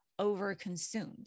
overconsumed